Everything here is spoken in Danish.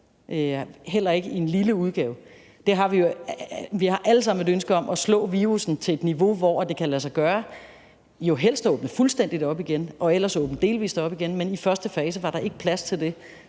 heller ikke i en lille udgave. Vi har alle sammen et ønske om at slå virussen ned til et niveau, hvor det kan lade sig gøre helst at åbne fuldstændig op igen, men ellers åbne delvis op igen, men i første fase var der ikke plads til det.